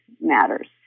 matters